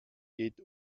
geht